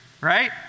right